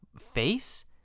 face